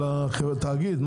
של התאגיד?